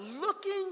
looking